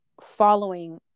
following